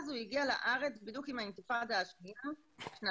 בשנת ,2000 בזמן האינתיפאדה השנייה,